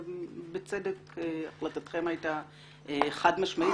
שבצדק החלטתכם הייתה חד משמעית,